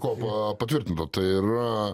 kopa patvirtinta tai yra